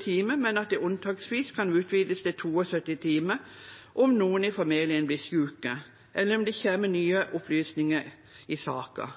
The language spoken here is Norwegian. timer, men at det unntaksvis kan utvides til 72 timer om noen i familien blir syke, eller om det kommer nye opplysninger i saken.